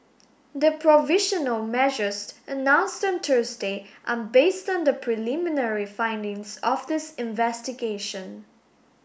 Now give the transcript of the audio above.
the provisional measures announced on Thursday are based on the preliminary findings of this investigation